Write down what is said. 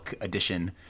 edition